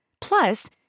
Plus